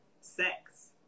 sex